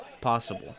possible